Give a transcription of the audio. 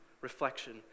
reflection